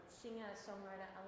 singer-songwriter